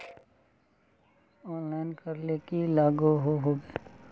Online करले की लागोहो होबे?